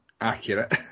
accurate